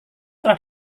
telah